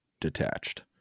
detached